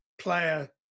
player